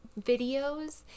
videos